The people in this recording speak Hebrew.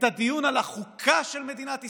את הדיון על החוקה של מדינת ישראל,